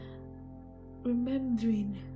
remembering